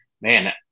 man